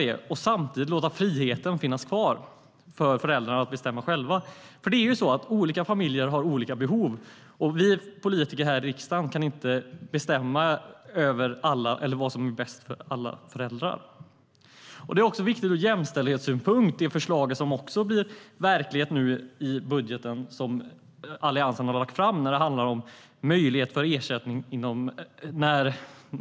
Det ska vi uppmuntra, samtidigt som vi låter friheten finnas kvar för föräldrarna att bestämma själva. Olika familjer har nämligen olika behov, och vi politiker här i riksdagen kan inte bestämma vad som är bäst för alla föräldrar. Det förslag om möjlighet till ersättning när man ska besöka mödrahälsovården som nu blir verklighet genom den budget som Alliansen har lagt fram är viktigt ur jämställdhetssynpunkt.